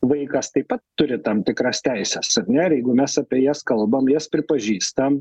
vaikas taip pat turi tam tikras teises ar ne ir jeigu mes apie jas kalbam jas pripažįstam